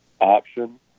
option